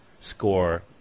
score